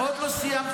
עוד לא סיימתי.